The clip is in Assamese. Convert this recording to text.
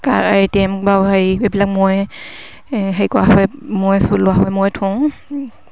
এ টি এম বা হেৰি এইবিলাক মই হেৰি মই থওঁ